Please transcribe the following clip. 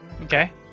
Okay